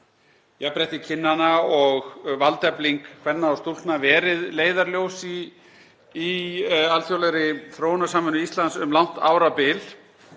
jafnrétti kynjanna og valdefling kvenna og stúlkna verið leiðarljós í alþjóðlegri þróunarsamvinnu Íslands um langt árabil